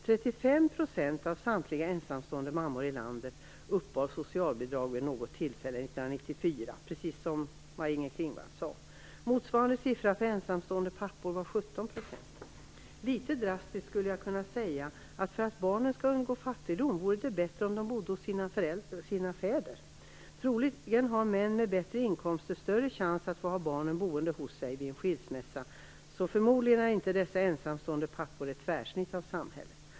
35 % av samtliga ensamstående mammor i landet uppbar socialbidrag vid något tillfälle under 1994 - precis som Maj-Inger Klingvall sade. Motsvarande siffra för ensamstående pappor var 17 %. Litet drastiskt skulle jag kunna säga att för att barnen skall undgå fattigdom vore det bättre att de bodde hos sina fäder. Troligen har män med bättre inkomster större chans att få ha barnen boende hos sig vid skilsmässa, så förmodligen utgör inte dessa ensamstående pappor ett tvärsnitt av samhället.